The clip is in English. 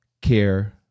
care